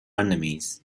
enemies